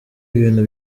ibintu